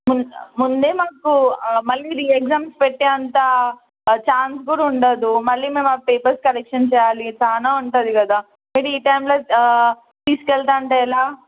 ముం ముందే మాకు మళ్ళీ రీఎగ్జామ్స్ పెట్టేంత ఛాన్స్ కూడా ఉండదు మళ్ళీ మనం ఆ పేపర్స్ కరెక్షన్ చేయాలి చాలా ఉంటుంది కదా మీరు ఈ టైంలో తీసుకు వెళ్తా అంటే ఎలా